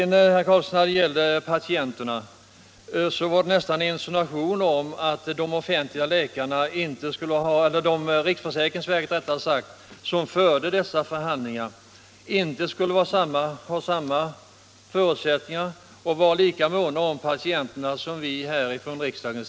När det gällde patienterna framförde herr Carlsson närmast en insinuation om att riksförsäkringsverket i dessa förhandlingar inte lika myck et skulle ha månat om patienterna som vi gör i riksdagen.